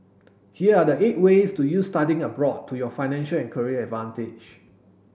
here are the eight ways to use studying abroad to your financial and career advantage